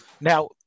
Now